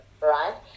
right